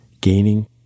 gaining